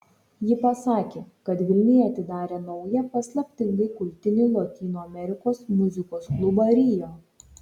ji pasakė kad vilniuje atidarė naują paslaptingai kultinį lotynų amerikos muzikos klubą rio